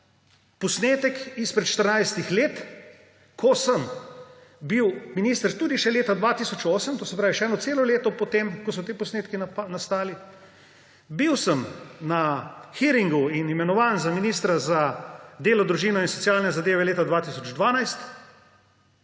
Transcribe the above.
posnetek izpred 14 let, ko sem bil minister tudi še leta 2008; to se pravi, še eno celo leto potem, ko so ti posnetki nastali. Bil sem na hearingu in imenovan za ministra za delo, družino in socialne zadeve leta 2012